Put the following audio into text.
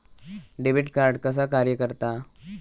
Debit card कसा कार्य करता?